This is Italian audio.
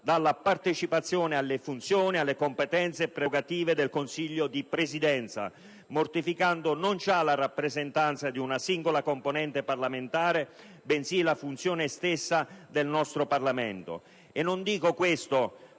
dalla partecipazione alle funzioni e alle competenze e prerogative del Consiglio di Presidenza, mortificando non già la rappresentanza di una singola componente parlamentare, bensì la funzione stessa del nostro Parlamento;